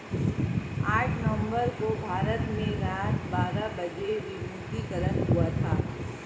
आठ नवम्बर को भारत में रात बारह बजे विमुद्रीकरण हुआ था